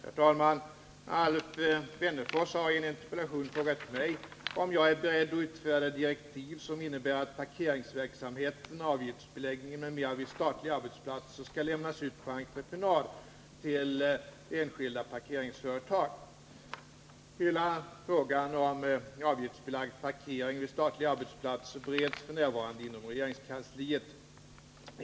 Herr talman! Alf Wennerfors har i en interpellation frågat mig om jag är beredd att utfärda direktiv som innebär att parkeringsverksamheten, avgiftsbeläggningen m.m. vid statliga arbetsplatser skall lämnas ut på entreprenad till enskilda parkeringsföretag. Hela frågan om avgiftsbelagd parkering vid statliga arbetsplatser bereds f.n. inom regeringskansliet.